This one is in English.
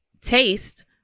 Taste